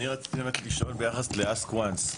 רציתי לשאול ביחס ל-ask once.